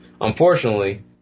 Unfortunately